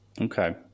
okay